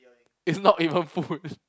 it's not even food